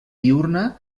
diürna